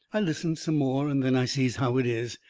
i listens some more, and then i sees how it is.